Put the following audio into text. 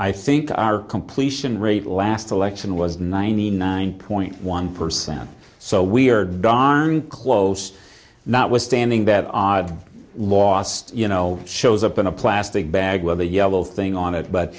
i think our completion rate last election was ninety nine point one percent so we're darn close not withstanding bad odds last you know shows up in a plastic bag with a yellow thing on it but